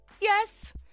yes